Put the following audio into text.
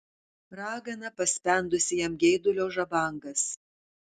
ragana paspendusi jam geidulio žabangas